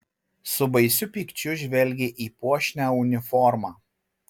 su baisiu pykčiu žvelgė į puošnią uniformą